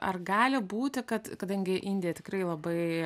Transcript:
ar gali būti kad kadangi indija tikrai labai